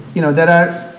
you know, there are